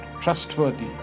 trustworthy